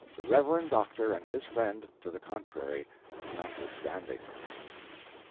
the reverend doctor and his friend to the contrary notwithstanding.